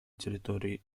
территории